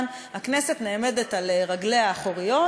הכנסת נעמדת על רגליה האחוריות,